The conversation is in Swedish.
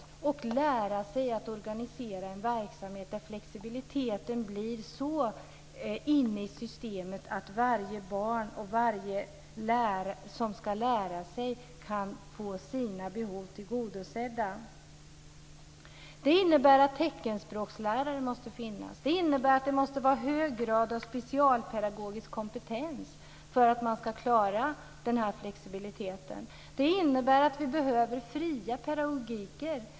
Läraren måste lära sig att organisera en verksamhet där flexibiliteten blir en sådan del av systemet att varje barn och varje person som ska lära kan få sina behov tillgodosedda. Det innebär att teckenspråkslärare måste finnas. Det innebär att det måste finnas en hög grad av specialpedagogisk kompetens för att man ska klara flexibiliteten. Det innebär att vi behöver fria pedagogiker.